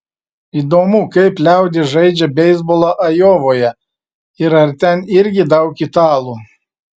įdomu kaip liaudis žaidžia beisbolą ajovoje ir ar ten irgi daug italų